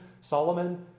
Solomon